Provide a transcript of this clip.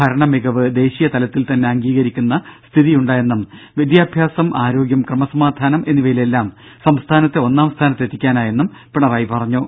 ഭരണ മികവ് ദേശീയ തലത്തിൽ തന്നെ അംഗീകരിക്കുന്ന സ്ഥിതിയുണ്ടായെന്നും വിദ്യാഭ്യാസം ആരോഗ്യം ക്രമസമാധാനം എന്നിവയിലെല്ലാം സംസ്ഥാനത്തെ ഒന്നാം സ്ഥാനത്ത് എത്തിക്കാനായെന്നും പിണറായി പറഞ്ഞു